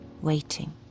waiting